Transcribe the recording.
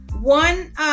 one